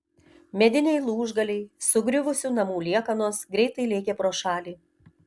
mediniai lūžgaliai sugriuvusių namų liekanos greitai lėkė pro šalį